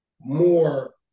more